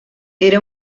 era